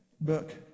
book